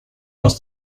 was